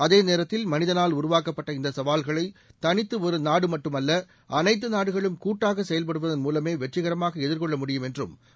அதேநேரத்தில் மனிதனால் உருவாக்கப்பட்ட இந்த சவால்களை தனித்து ஒரு நாடு மட்டுமல்ல அனைத்து நாடுகளும் கூட்டாக செயல்படுவதன் மூலமே வெற்றிகரமான எதிர்கொள்ள முடியும் என்றும் அவர் தெரிவித்துள்ளார்